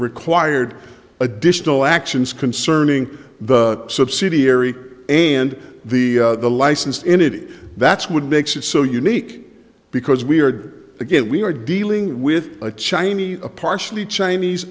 required additional actions concerning the subsidiary and the the license in it that's what makes it so unique because we are again we are dealing with a chinese a partially chinese